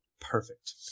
perfect